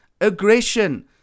aggression